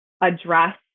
address